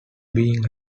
being